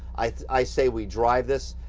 i i say we drive this,